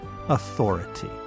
Authority